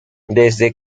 desde